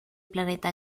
planeta